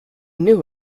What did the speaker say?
knew